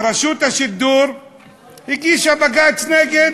ורשות השידור הגישה בג"ץ נגד